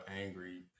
angry